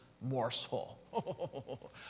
morsel